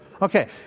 Okay